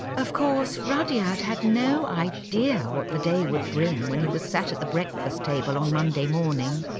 of course, rudyard had no idea what the day would bring when he was sat at the breakfast table on monday morning,